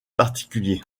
particulier